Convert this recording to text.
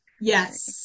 Yes